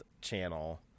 channel